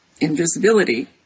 Invisibility